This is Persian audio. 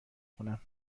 کنم